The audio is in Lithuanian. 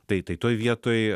tai tai toj vietoj